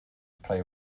play